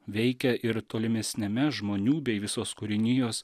veikia ir tolimesniame žmonių bei visos kūrinijos